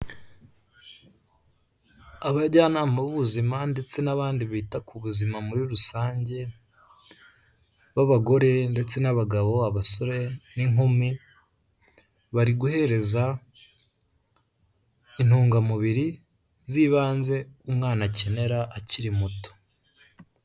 Abajyanama b'ubuzima ndetse n'abandi bita ku buzima muri rusange, b'abagore ndetse n'abagabo, abasore n'inkumi, bari guhereza intungamubiri z'ibanze umwana akenera akiri muto.